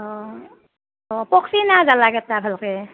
অঁ অঁ পকচি না জলা কেটা ভালকৈ